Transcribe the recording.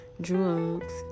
drugs